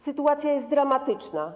Sytuacja jest dramatyczna.